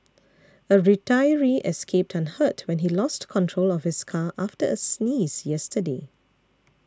a retiree escaped unhurt when he lost control of his car after a sneeze yesterday